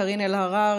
קארין אלהרר,